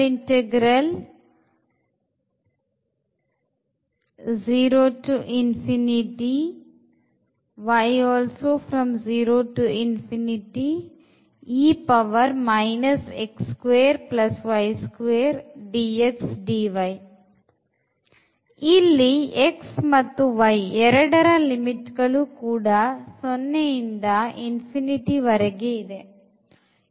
ಇಲ್ಲಿ x ಮತ್ತು y ಎರಡರ limit ಗಳು ಕೂಡ 0 ಇಂದ ವರೆಗೆ ಇದೆ